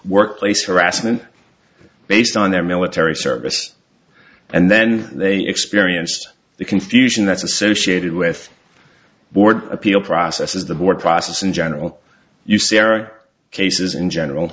workplace harassment based on their military service and then they experienced the confusion that's associated with board appeal process is the board process in general you see eric cases in general